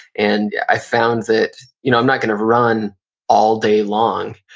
and i've found that you know i'm not going to run all day long,